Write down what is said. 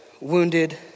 wounded